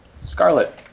Scarlet